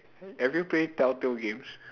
have you play telltale games